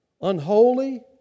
unholy